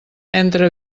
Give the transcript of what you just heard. entre